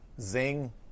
Zing